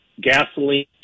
gasoline